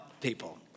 people